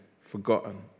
forgotten